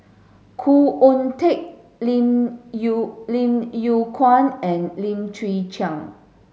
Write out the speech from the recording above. Khoo Oon Teik Lim Yew Lim Yew Kuan and Lim Chwee Chian